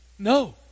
No